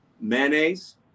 mayonnaise